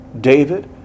David